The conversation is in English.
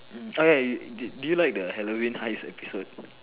okay do do you like the Halloween heist episode